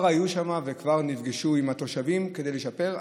היו שם וכבר נפגשו עם התושבים כדי לשפר.